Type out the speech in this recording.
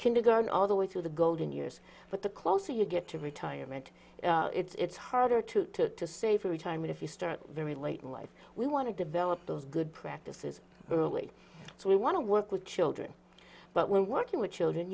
kindergarten all the way through the golden years but the closer you get to retirement it's harder to to to save for retirement if you start very late in life we want to develop those good practices early so we want to work with children but when working with children